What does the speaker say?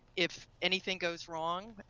if anything goes wrong,